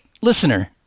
listener